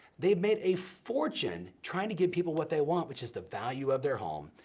they've made a fortune trying to give people what they want, which is the value of their home.